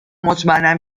مطمئنم